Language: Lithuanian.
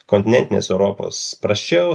kontinentinės europos prasčiau